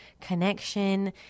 connection